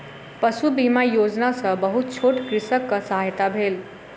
पशु बीमा योजना सॅ बहुत छोट कृषकक सहायता भेल